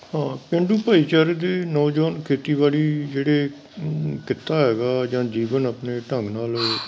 ਹਾਂ ਪੇਂਡੂ ਭਾਈਚਾਰੇ ਦੇ ਨੌਜਵਾਨ ਖੇਤੀਬਾੜੀ ਜਿਹੜੇ ਕਿੱਤਾ ਹੈਗਾ ਜਾਂ ਜੀਵਨ ਆਪਣੇ ਢੰਗ ਨਾਲ